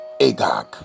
Agag